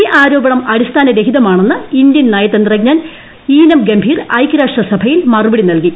ഈ ആരോപണം അടിസ്ഥാന രഹിതമാണെന്ന് ഇന്ത്യൻ നയതന്ത്രജ്ഞൻ ഈനം ഗംഭീർ ഐക്യരാഷ്ട്ര സഭയിൽ മറുപടി നൽകി